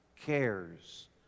cares